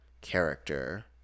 character